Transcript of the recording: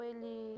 Ele